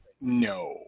No